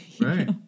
Right